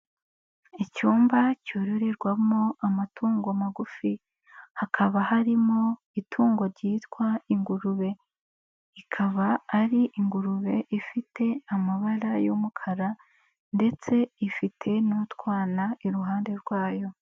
Icyumba cyororerwamo amatungo magufi, hakaba harimo itungo ryitwa ingurube, ikaba ari ingurube ifite amabara y'umukara ndetse ifite n'utwana iruhande rwayo.